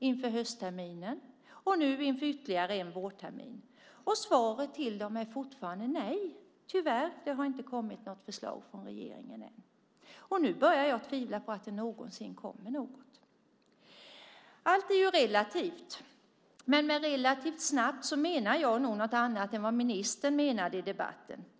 Inför höstterminen och nu inför ytterligare en vårtermin är svaret till dem fortfarande: Nej, tyvärr, det har inte kommit något förslag från regeringen än. Och nu börjar jag tvivla på att det någonsin kommer något. Allt är ju relativt, men med relativt snabbt menar jag nog något annat än vad ministern menade i debatten.